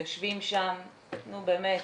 יושבים שם 'נו באמת,